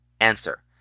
Answer